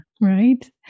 right